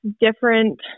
different